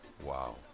Wow